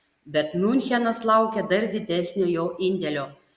bet miunchenas laukia dar didesnio jo indėlio